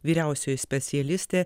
vyriausioji specialistė